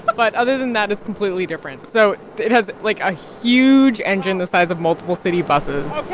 but other than that, it's completely different. so it has, like, a huge engine the size of multiple city buses.